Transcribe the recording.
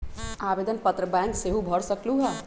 आवेदन पत्र बैंक सेहु भर सकलु ह?